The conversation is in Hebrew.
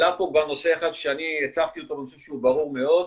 עלה פה נושא אחד שאני הצפתי אותו ואני חושב שהוא ברור מאוד,